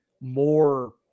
more